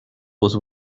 was